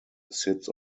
sits